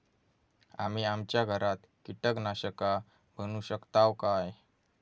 आम्ही आमच्या घरात कीटकनाशका बनवू शकताव काय?